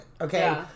Okay